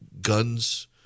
Guns